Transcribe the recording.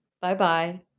Bye-bye